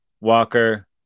Walker